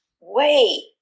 wait